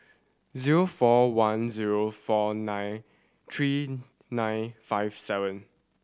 zero four one zero four nine three nine five seven